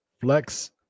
flex